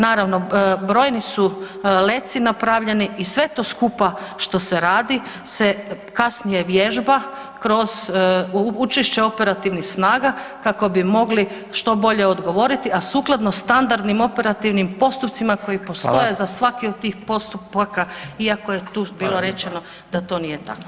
Naravno, brojni su leci napravljeni i sve to skupa što se radi se kasnije vježba kroz učešće operativnih snaga kako bi mogli što bolje odgovoriti, a sukladno standardnim operativnim postupcima koji postoje [[Upadica: Hvala.]] za svaki od tih postupaka iako je to bilo rečeno da to nije tako.